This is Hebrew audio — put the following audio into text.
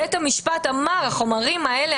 בית המשפט אמר שהחומרים האלה,